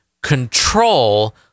control